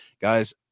Guys